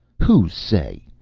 who say?